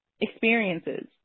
experiences